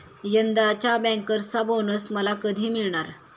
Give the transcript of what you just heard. यंदाच्या बँकर्सचा बोनस मला कधी मिळणार?